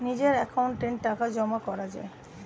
নিজের অ্যাকাউন্টে টাকা জমা করা যায়